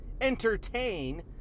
entertain